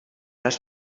les